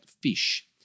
fish